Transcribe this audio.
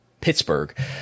Pittsburgh